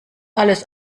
alles